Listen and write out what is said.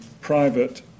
private